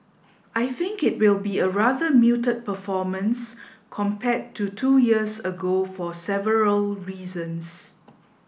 I think it will be a rather muted performance compared to two years ago for several reasons